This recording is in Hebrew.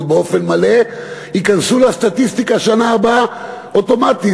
באופן מלא ייכנסו לסטטיסטיקה בשנה הבאה אוטומטית.